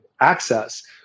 access